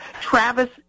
Travis